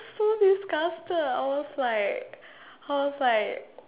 so disgusted I was like I was like